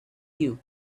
you